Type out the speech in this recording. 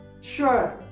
Sure